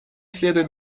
следует